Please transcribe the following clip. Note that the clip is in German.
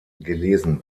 gelesen